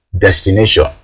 destination